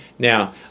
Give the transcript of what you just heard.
Now